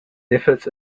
efforts